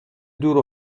دور